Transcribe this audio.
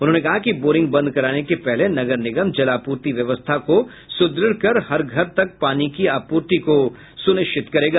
उन्होंने कहा कि बोरिंग बंद कराने के पहले नगर निगम जलापूर्ति व्यवस्था को सुदृढ़ कर हर घर तक पानी की आपूर्ति को सुनिश्चित करेगा